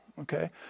okay